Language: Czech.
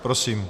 Prosím.